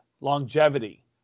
longevity